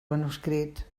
manuscrit